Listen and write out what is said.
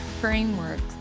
frameworks